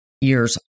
year's